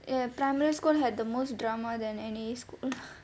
eh primary school had the most drama than any school